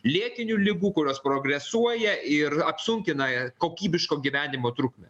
lėtinių ligų kurios progresuoja ir apsunkina kokybiško gyvenimo trukmę